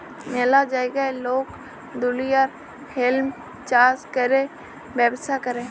ম্যালা জাগায় লক দুলিয়ার হেম্প চাষ ক্যরে ব্যবচ্ছা ক্যরে